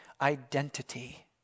identity